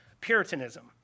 Puritanism